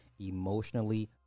emotionally